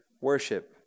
worship